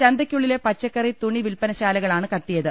ചന്തയ്ക്കുള്ളിലെ പച്ചക്കറി തുണി വിൽപ്പനശാലകൾ ആണ് കത്തിയത്